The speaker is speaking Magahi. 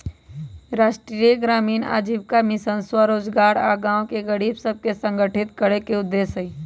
राष्ट्रीय ग्रामीण आजीविका मिशन स्वरोजगार आऽ गांव के गरीब सभके संगठित करेके उद्देश्य हइ